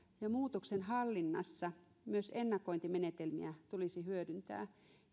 ja muutoksen hallinnassa myös ennakointimenetelmiä tulisi hyödyntää